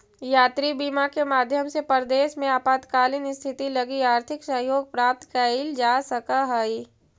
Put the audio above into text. यात्री बीमा के माध्यम से परदेस में आपातकालीन स्थिति लगी आर्थिक सहयोग प्राप्त कैइल जा सकऽ हई